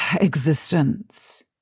existence